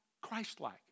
Christ-like